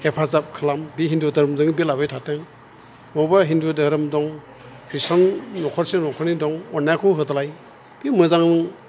हेफाजाब खालाम बि हिन्दु दोहोरोमजों गोलावै थाथों बबावबा हिन्दु दोहोरोम दं ख्रिस्टान न'खरसे न'खरनै दं अन्नायखौ होदलाय बे मोजां